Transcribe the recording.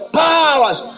powers